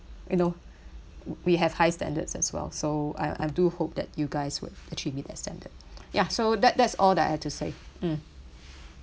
you know we have high standards as well so I I do hope that you guys would actually meet that standard ya so that that's all that I had to say mm